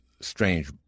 strange